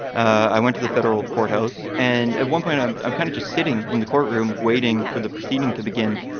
i went to the federal courthouse. and at one point, i'm i'm kind of just sitting in the courtroom waiting for the proceeding to begin.